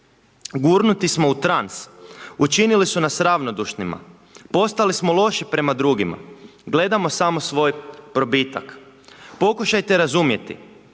Gurnuti smo u trans, učinili su nas ravnodušnima, postali smo loši prema drugima. Gledamo samo svoj probitak. Pokušajte razumjeti,